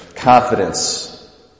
confidence